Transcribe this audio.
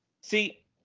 See